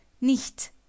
nicht